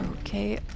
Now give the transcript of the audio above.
Okay